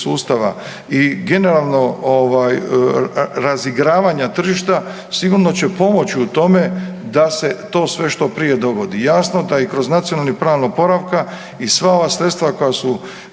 i generalno, razigravanja tržišta, sigurno će pomoći u tome da se to sve što prije dogodi. Jasno da i kroz Nacionalni plan oporavka i sva ova sredstva koja su